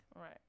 Right